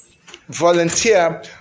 volunteer